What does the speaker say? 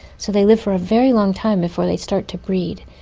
so they live for a very long time before they start to breed.